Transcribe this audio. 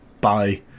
bye